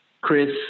Chris